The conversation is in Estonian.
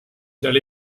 seal